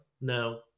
no